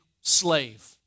slave